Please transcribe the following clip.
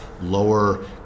lower